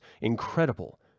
incredible